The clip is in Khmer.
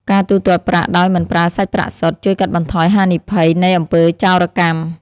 ការទូទាត់ប្រាក់ដោយមិនប្រើសាច់ប្រាក់សុទ្ធ ជួយកាត់បន្ថយហានិភ័យនៃអំពើចោរកម្ម។